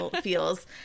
feels